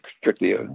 strictly